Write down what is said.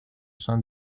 sein